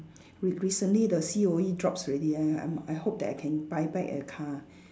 re~ recently the C_O_E drops already I I'm I hope that I can buy back a car